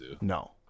No